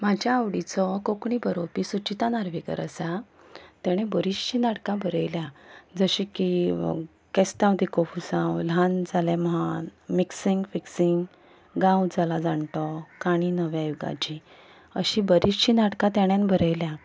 म्हज्या आवडीचो कोंकणी बरोवपी सुचिता नार्वेकर आसा ताणे बरीचशीं नाटकां बरयल्यां जशें की केस्तांव द कोफुसांव ल्हान जाले म्हान मिक्सींग फिक्सींग गांव जाला जाणटो काणी नव्या युगाची अशीं बरीचशीं नाटकां ताणे बरयल्यां